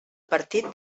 partit